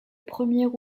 premier